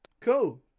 Cool